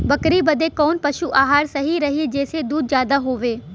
बकरी बदे कवन पशु आहार सही रही जेसे दूध ज्यादा होवे?